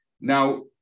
Now